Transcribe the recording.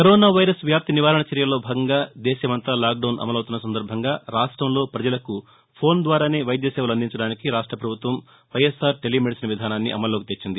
corona virus వ్యాప్తి నివారణ చర్యల్లో భాగంగా దేశమంతా లాక్డౌన్ అమలవుతున్న సందర్బంగా రాష్టంలో ప్రపజలకు ఫోన్ ద్వారానే వైద్య సేవలు అందించడానికి రాష్ట ప్రభుత్వం వైఎస్ఆర్ టెలీ మెడిసిన్ విధానాన్ని అమల్లోకి తెచ్చింది